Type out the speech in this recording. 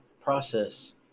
process